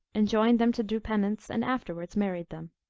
enjoined them to do penance, and afterwards married them.